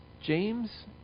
James